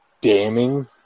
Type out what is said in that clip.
damning